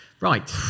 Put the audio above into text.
Right